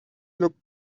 looked